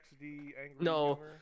no